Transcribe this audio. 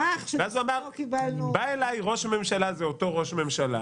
ואז הוא אמר: "בא אליי ראש הממשלה" זה אותו ראש ממשלה